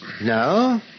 No